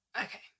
Okay